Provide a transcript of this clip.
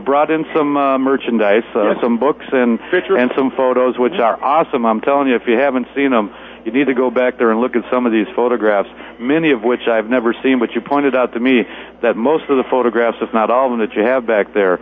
brought in some merchandise some books and fisher and some photos which are awesome i'm telling you if you haven't seen them you need to go back there and look at some of these photographs many of which i've never seen but you pointed out to me that most of the photographs if not all of them that you have back there